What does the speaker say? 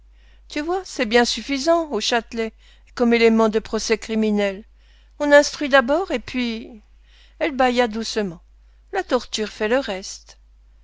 tu vois c'est bien suffisant au châtelet comme élément de procès criminel on instruit d'abord et puis elle bâilla doucement la torture fait le reste